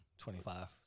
25